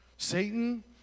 Satan